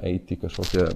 eiti į kažkokią